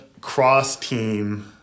cross-team